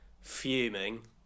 fuming